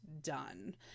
done